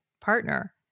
partner